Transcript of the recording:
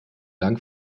dank